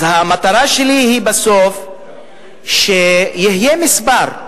המטרה שלי היא בסוף שיהיה מספר,